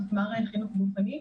מפמ"ר חינוך גופני,